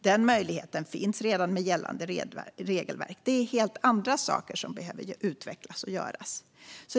Den möjligheten finns redan med gällande regelverk. Det är helt andra saker som behöver utvecklas och göras.